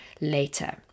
later